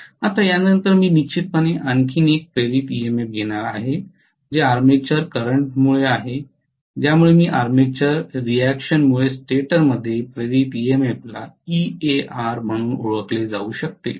आता यानंतर मी निश्चितपणे आणखी एक इंड्यूज्ड ईएमएफ घेणार आहे जे आर्मेचर करंटमुळे आहे ज्यामुळे मी आर्मेचर रिएक्शनमुळे स्टेटरमध्ये इंड्यूज्ड ईएमएफला Ear म्हणून ओळखले जाऊ शकते